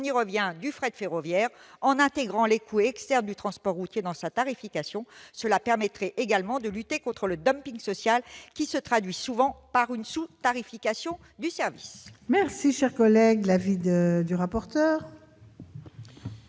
en faveur du fret ferroviaire, en intégrant les coûts externes du transport routier dans sa tarification. Cela permettrait également de lutter contre le dumping social, qui se traduit souvent par une sous-tarification du service. Quel est l'avis de la